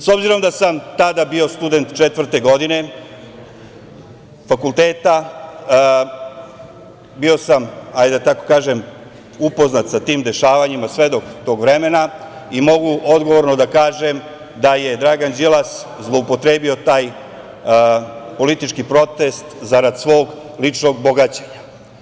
S obzirom da sam tada bio student četvrte godine fakulteta, bio sam, hajde da tako kažem, upoznat sa tim dešavanjima, svedok tog vremena i mogu odgovorno da kažem da je Dragan Đilas zloupotrebio taj politički protest zarad svog ličnog bogaćenja.